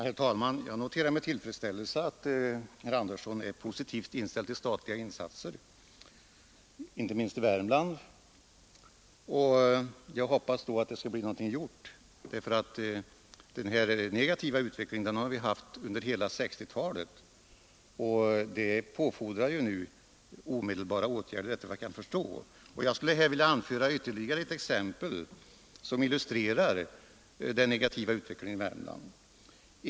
Herr talman! Jag noterar med tillfredsställelse att herr Sivert Andersson är positivt inställd till statliga insatser, inte minst i Värmland. Jag hoppas då också att det skall bli något gjort. Den negativa utvecklingen har vi haft under hela 1960-talet, och den påfordrar nu positiva åtgärder. Jag vill anföra ytterligare ett exempel som illustrerar den negativa utvecklingen i Värmland.